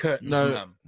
No